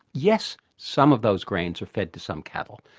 yes, some of those grains are fed to some cattle,